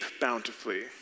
bountifully